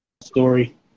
story